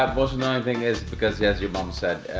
um most annoying thing is because as your mom said,